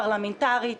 פרלמנטרית,